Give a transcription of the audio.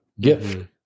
gift